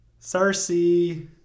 Cersei